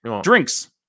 Drinks